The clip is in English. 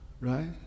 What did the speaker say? Right